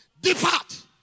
Depart